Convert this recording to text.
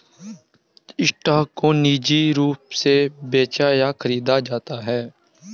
stock को निजी रूप से बेचा या खरीदा जाता है